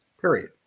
period